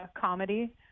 comedy